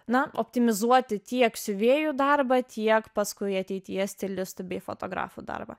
na optimizuoti tiek siuvėjų darbą tiek paskui ateities stilistų bei fotografų darbą